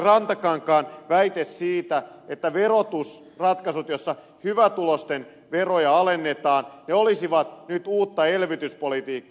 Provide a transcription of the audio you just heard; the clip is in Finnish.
rantakankaan väite siitä että verotusratkaisut joissa hyvätuloisten veroja alennetaan olisivat nyt uutta elvytyspolitiikkaa